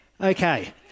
Okay